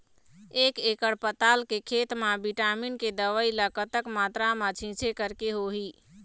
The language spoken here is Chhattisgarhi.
एक एकड़ पताल के खेत मा विटामिन के दवई ला कतक मात्रा मा छीचें करके होही?